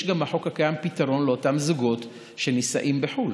יש בחוק הקיים גם פתרון לאותם זוגות שנישאים בחו"ל.